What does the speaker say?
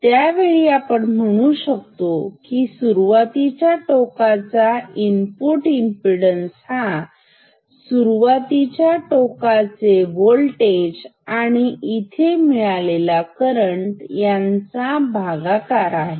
त्यावेळी आपण म्हणू शकतो की सुरुवातीच्या टोकाचा इनपुट इमपीडन्स हा सुरुवातीच्या टोकाचे होल्टेज आणि इथे मिळालेला करंट यांचा भागाकार आहे